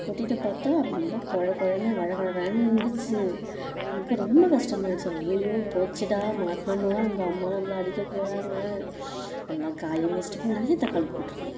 கொட்டிட்டு பார்த்தா அது ரொம்ப கொழகொழனு வளவளவளனு இருந்துச்சு எனக்கு ரொம்ப கஷ்டமாயிருச்சு அய்யயோ போச்சுடா மாட்டினோம்மா நம்ம அம்மா நம்மள அடிக்க போகிறாங்க எல்லாம் காய வச்சிட்டு நிறைய தக்காளி போட்டிருந்தேன்